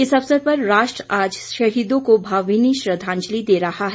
इस अवसर पर राष्ट्र आज शहीदों को भावभीनी श्रद्धाजंलि दे रहा है